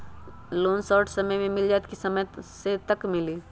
Loan short समय मे मिल जाएत कि लोन समय तक मिली?